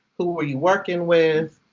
who were you working with?